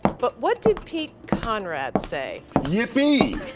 but what did pete conrad say? yippee!